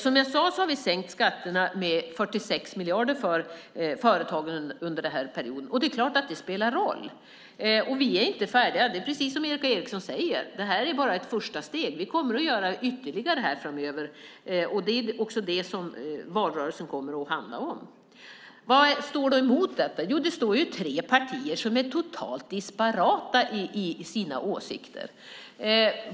Som jag sade har vi sänkt skatterna med 46 miljarder för företagen under denna period. Det är klart att det spelar roll. Vi är inte färdiga. Det är precis som Erik A Eriksson säger att detta bara är ett första steg. Vi kommer att göra ytterligare framöver. Det är också det som valrörelsen kommer att handla om. Vad står mot detta? Jo, det står tre partier som är totalt disparata i sina åsikter.